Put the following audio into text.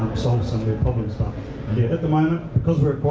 solve some of their problems. but yeah at the moment, because we're